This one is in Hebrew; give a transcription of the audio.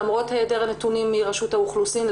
למרות היעדר הנתונים מרשות האוכלוסין,